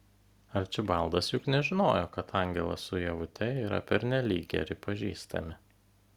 arčibaldas juk nežinojo kad angelas su ievute yra pernelyg geri pažįstami